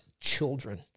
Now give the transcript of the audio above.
children